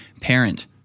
parent